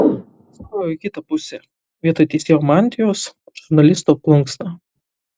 stojo į kitą pusę vietoj teisėjo mantijos žurnalisto plunksna